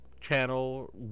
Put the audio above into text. channel